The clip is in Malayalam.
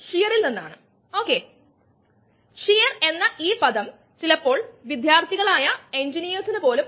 സ്വീറ്റ് ഇൻവെർട്ട് ഷുഗർ ഉത്പാദിപ്പിക്കാൻ ഗ്ലൂക്കോസ് ഐസോമെറേസ് ഉപയോഗിക്കുന്നു